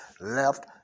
left